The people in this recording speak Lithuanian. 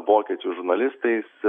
vokiečių žurnalistais